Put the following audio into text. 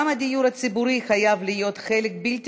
גם הדיור הציבורי חייב להיות חלק בלתי